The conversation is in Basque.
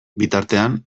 bitartean